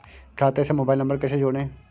खाते से mobile number कैसे जोड़ें?